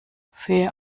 für